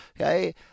okay